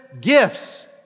gifts